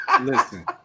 listen